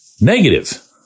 negative